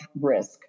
risk